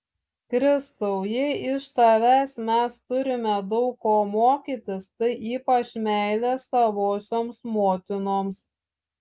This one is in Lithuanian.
kristau jei iš tavęs mes turime daug ko mokytis tai ypač meilės savosioms motinoms